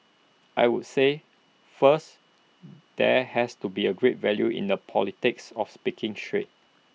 I would say first there has to be A great value in the politics of speaking straight